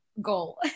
goal